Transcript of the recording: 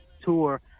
tour